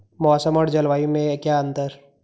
मौसम और जलवायु में क्या अंतर?